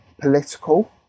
political